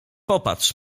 popatrz